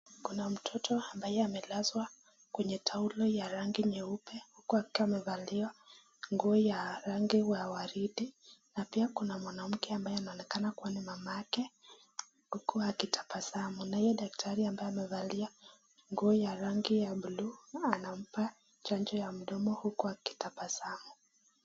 Kuna mtoto ambaye amelazwa kwenye taulo ya rangi nyeupe huku akiwa amevalia nguo ya rangi ya waridi na pia kuna mwanamke ambaye anaonekana kuwa ni mamake huku wakitabasamu. Naye daktari ambaye amevalia nguo ya rangi ya buluu anampa chanjo ya mdomo huku akitabasamu.